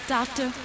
Doctor